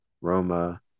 Roma